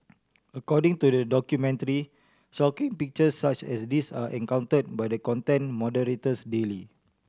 according to the documentary shocking pictures such as these are encountered by the content moderators daily